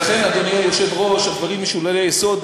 לכן, אדוני היושב-ראש, הדברים משוללי יסוד.